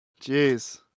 Jeez